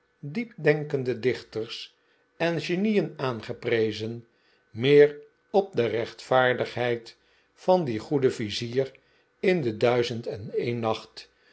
diepdenkende dichters en genieen aangeprezen meer op de rechtvaardigheid van dien goeden vizier in de duizend-en-een-nacht